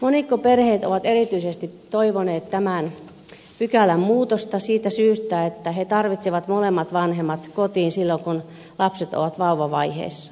monikkoperheet ovat erityisesti toivoneet tämän pykälän muutosta siitä syystä että he tarvitsevat molemmat vanhemmat kotiin silloin kun lapset ovat vauvavaiheessa